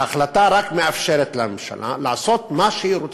ההחלטה רק מאפשרת לממשלה לעשות מה שהיא רוצה,